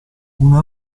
una